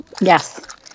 yes